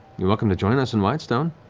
you're welcome to join us in whitestone.